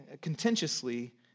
contentiously